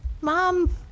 Mom